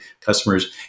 customers